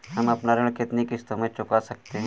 हम अपना ऋण कितनी किश्तों में चुका सकते हैं?